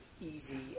easy